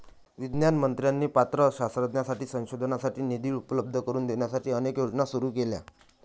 विज्ञान मंत्र्यांनी पात्र शास्त्रज्ञांसाठी संशोधनासाठी निधी उपलब्ध करून देण्यासाठी अनेक योजना सुरू केल्या